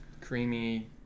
creamy